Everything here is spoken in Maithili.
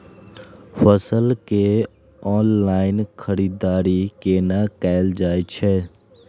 फसल के ऑनलाइन खरीददारी केना कायल जाय छै?